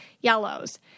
yellows